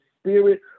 spirit